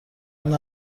اون